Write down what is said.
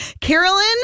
Carolyn